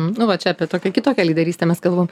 nu va čia apie tokią kitokią lyderystę mes kalbam